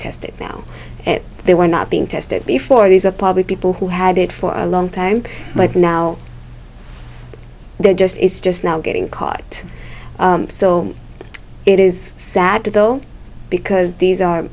tested now they were not being tested before these are public people who had it for a long time but now they're just it's just now getting caught so it is sad though because these are